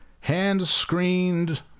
hand-screened